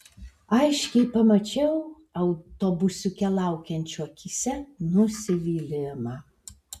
aiškiai pamačiau autobusiuke laukiančio akyse nusivylimą